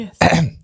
yes